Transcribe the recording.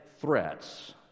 threats